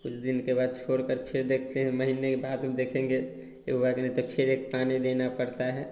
कुछ दिन के बाद छोड़कर फ़िर देख के महीने के बाद फ़िर देखेंगे फ़िर उगा की नहीं फ़िर एक पानी देना पड़ता है